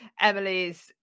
Emily's